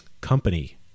company